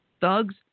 Thugs